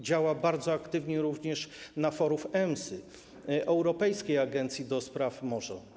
Działa bardzo aktywnie również na forum EMSA, europejskiej agencji do spraw morza.